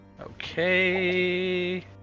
Okay